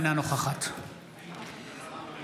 אינה נוכחת סיבוב שני.